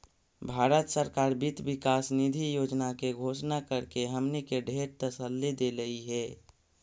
भारत सरकार वित्त विकास निधि योजना के घोषणा करके हमनी के ढेर तसल्ली देलई हे